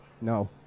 no